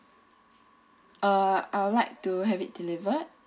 uh I would like to have it delivered